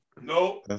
No